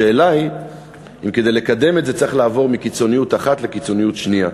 השאלה היא אם כדי לקדם את זה צריך לעבור מקיצוניות אחת לקיצוניות שנייה.